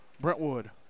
Brentwood